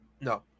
No